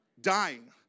Dying